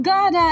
God